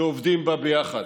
שעובדים בה ביחד.